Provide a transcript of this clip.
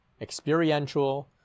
experiential